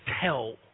tell